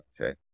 Okay